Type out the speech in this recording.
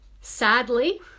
Sadly